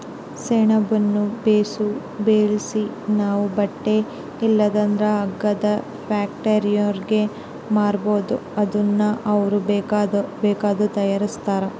ಸೆಣಬುನ್ನ ಬೇಸು ಬೆಳ್ಸಿ ನಾವು ಬಟ್ಟೆ ಇಲ್ಲಂದ್ರ ಹಗ್ಗದ ಫ್ಯಾಕ್ಟರಿಯೋರ್ಗೆ ಮಾರ್ಬೋದು ಅದುನ್ನ ಅವ್ರು ಬೇಕಾದ್ದು ತಯಾರಿಸ್ತಾರ